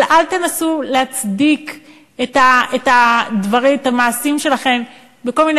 אבל אל תנסו להצדיק את המעשים שלכם בכל מיני